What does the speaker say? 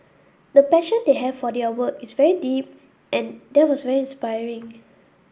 the passion they have for their work is very deep and that was very inspiring